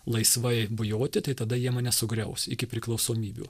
laisvai bujoti tada jie mane sugriaus iki priklausomybių